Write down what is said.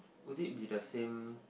would it be the same